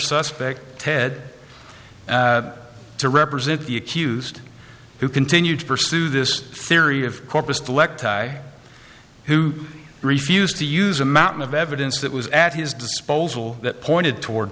suspect ted to represent the accused who continue to pursue this theory of corpus lect i who refused to use a mountain of evidence that was at his disposal that pointed toward